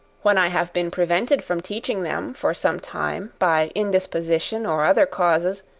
when i have been prevented from teaching them for some time, by indisposition, or other causes,